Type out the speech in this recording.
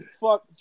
fuck